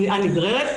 תביעה נגררת,